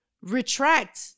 retract